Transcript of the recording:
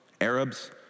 Arabs